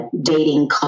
dating